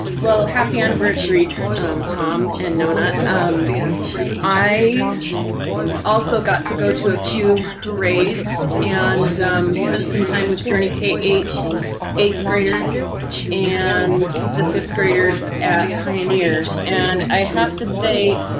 well, happy anniversary tom and nona. uhm um i also got to go to a few parades and spent some time with journey k eight eighth graders and the fifth graders at pioneer and i have to say.